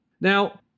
Now